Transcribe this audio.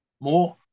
more